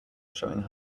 showing